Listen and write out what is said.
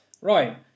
Right